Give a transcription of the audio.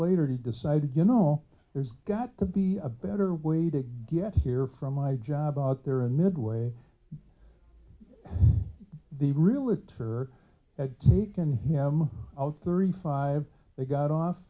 later he decided you know there's got to be a better way to get here from my job out there and midway the real it or at taken him out thirty five they got off